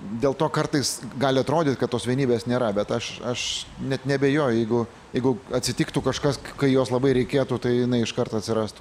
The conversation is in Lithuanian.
dėl to kartais gali atrodyt kad tos vienybės nėra bet aš aš net neabejoju jeigu jeigu atsitiktų kažkas kai jos labai reikėtų tai jinai iškart atsirastų